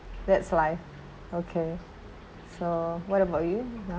that's life okay so what about you !huh!